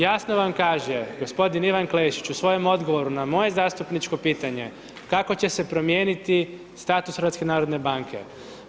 Jasno vam kaže g. Ivan Klešić u svojem odgovoru na moje zastupničko pitanje kako će se promijeniti status HNB-a.